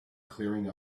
clearing